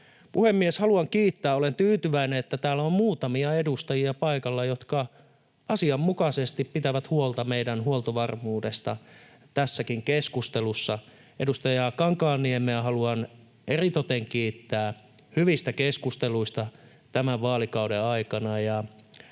Puhemies! Haluan kiittää: Olen tyytyväinen, että täällä on muutamia edustajia paikalla, jotka asianmukaisesti pitävät huolta meidän huoltovarmuudesta tässäkin keskustelussa. Edustaja Kankaanniemeä haluan eritoten kiittää hyvistä keskusteluista tämän vaalikauden aikana